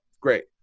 great